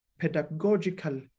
pedagogical